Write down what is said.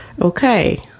Okay